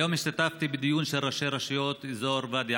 היום השתתפתי בדיון של ראשי רשויות באזור ואדי